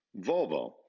Volvo